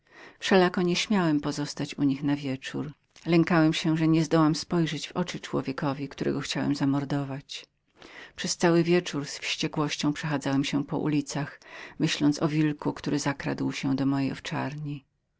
wszelako nie śmiałem pozostać u nich na wieczór lękałem się spojrzeć w oczy człowiekowi którego dnia wczorajszego chciałem zamordować przez cały wieczór z wściekłością przechadzałem się po ulicach myśląc o wilku który zakradł się do mojej owczarni